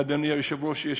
אדוני היושב-ראש,